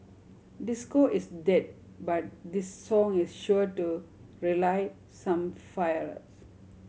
disco is dead but this song is sure to relight some fires